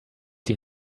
sie